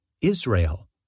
Israel